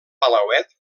palauet